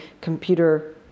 computer